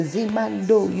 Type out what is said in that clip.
Zimando